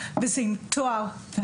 תואר.